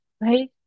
right